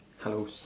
hellos